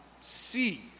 see